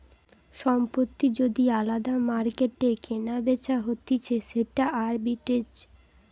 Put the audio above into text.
সম্পত্তি যদি আলদা মার্কেটে কেনাবেচা হতিছে সেটা আরবিট্রেজ